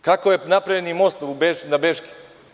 Kako je napravljen most na Beški?